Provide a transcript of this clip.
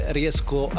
riesco